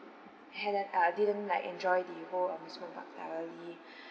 hadn't uh didn't like enjoy the whole amusement park entirely